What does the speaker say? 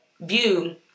view